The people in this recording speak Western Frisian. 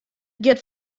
giet